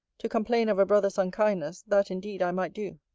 to complain of a brother's unkindness, that, indeed, i might do.